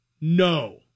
no